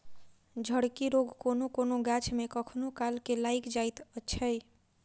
झड़की रोग कोनो कोनो गाछ मे कखनो काल के लाइग जाइत छै